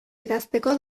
idazteko